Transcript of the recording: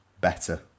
better